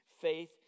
Faith